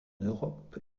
europe